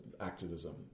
activism